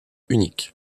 unique